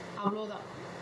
அவ்ளோ தான்:avlo thaan